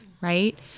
Right